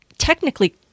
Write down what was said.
technically